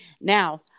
Now